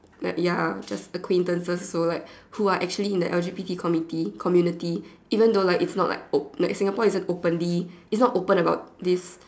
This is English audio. like ya just acquaintances also like who are actually in the L_G_B_T community community even though it's not like op~ like Singapore isn't openly isn't open about this